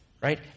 right